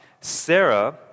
Sarah